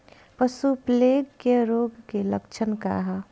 पशु प्लेग रोग के लक्षण का ह?